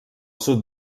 sud